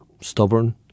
stubborn